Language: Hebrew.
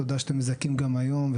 תודה שאתם מזכים גם היום,